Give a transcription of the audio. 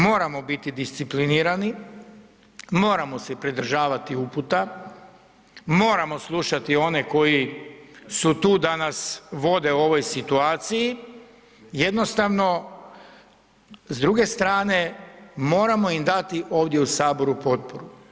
Moramo biti disciplinirani, moramo se pridržavati uputa, moramo slušati one koji su tu da nas vode u ovoj situaciji, jednostavno, s druge strane, moramo im dati ovdje u Saboru potporu.